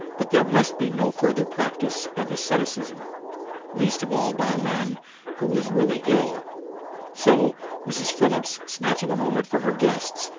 but there must be no further practice of asceticism least of all by a man who was really ill so mrs. phillips, snatching a moment from her guests,